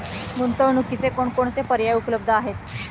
गुंतवणुकीचे कोणकोणते पर्याय उपलब्ध आहेत?